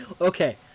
Okay